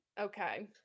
Okay